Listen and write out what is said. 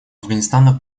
афганистана